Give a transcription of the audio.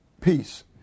peace